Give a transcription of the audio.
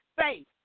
faith